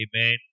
Amen